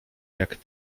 jak